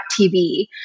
TV